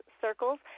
circles